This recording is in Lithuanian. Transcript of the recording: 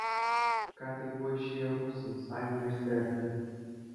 ką tik buvo išėję rusai sąjunga išsiardė